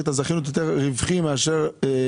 את הזכיינות באופן יותר רווחי מאשר סניף.